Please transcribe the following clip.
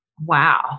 Wow